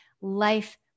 life